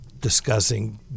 discussing